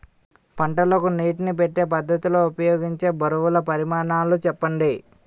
పంటలకు నీటినీ పెట్టే పద్ధతి లో ఉపయోగించే బరువుల పరిమాణాలు చెప్పండి?